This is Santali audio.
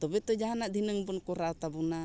ᱛᱚᱵᱮ ᱛᱚ ᱡᱟᱦᱟᱱᱟᱜ ᱫᱷᱤᱱᱟᱹᱝ ᱵᱚᱱ ᱠᱚᱨᱟᱣ ᱛᱟᱵᱚᱱᱟ